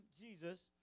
Jesus